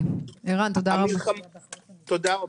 ערן, תודה רבה.